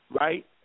right